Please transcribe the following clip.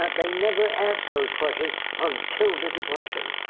they never asked those questions until the depression.